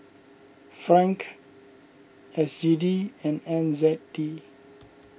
Franc S G D and N Z D